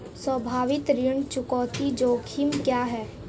संभावित ऋण चुकौती जोखिम क्या हैं?